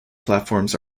platforms